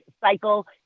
cycle